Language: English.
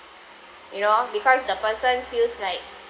you know because the person feels like